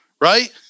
right